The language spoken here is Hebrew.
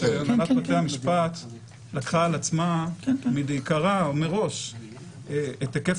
-- שהנהלת בתי המשפט לקחה על עצמה מראש את היקף